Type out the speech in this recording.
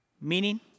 Meaning